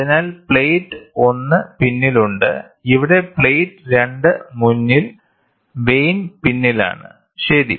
അതിനാൽ പ്ലേറ്റ് 1 പിന്നിലുണ്ട് ഇവിടെ പ്ലേറ്റ് 2 മുന്നിൽ വെയ്ൻ പിന്നിലാണ് ശരി